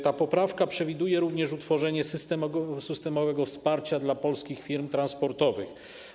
Ta poprawka przewiduje również utworzenie systemowego wsparcia dla polskich firm transportowych.